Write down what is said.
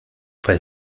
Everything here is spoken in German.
weil